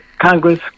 Congress